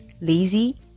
lazy